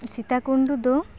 ᱥᱤᱛᱟ ᱠᱩᱱᱰᱩ ᱫᱚ